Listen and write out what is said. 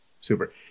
super